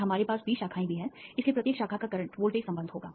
और हमारे पास बी शाखाएं भी हैं इसलिए प्रत्येक शाखा का करंट वोल्टेज संबंध होगा